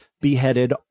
beheaded